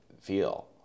feel